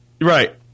Right